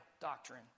doctrine